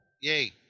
Yay